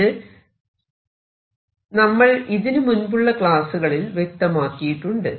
ഇത് നമ്മൾ ഇതിനു മുൻപുള്ള ക്ലാസ്സുകളിൽ വ്യക്തമാക്കിയിട്ടുണ്ട്